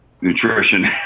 nutrition